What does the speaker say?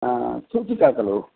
सूक्तिका खलु